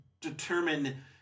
determine